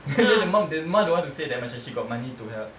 then the mum the mak don't want to say like she got money to help